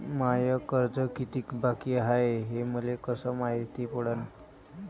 माय कर्ज कितीक बाकी हाय, हे मले कस मायती पडन?